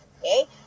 Okay